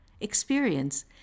experience